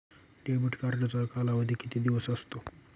Debit कार्डचा कालावधी किती असतो?